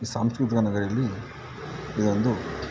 ಈ ಸಾಂಸ್ಕೃತಿಕ ನಗರೀಲಿ ಇದೊಂದು